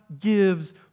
gives